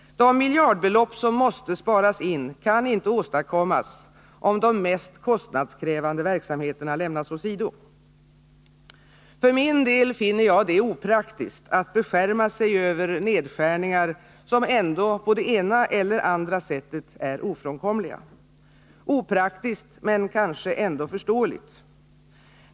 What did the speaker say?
De miljardbelopp som måste sparas in kan inte åstadkommas om de mest kostnadskrävande verksamheterna lämnas åsido. För min del finner jag det opraktiskt att beskärma sig över nedskärningar som ändå — på det ena eller andra sättet — är ofrånkomliga. Opraktiskt men kanske ändå förståeligt.